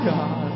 God